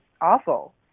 awful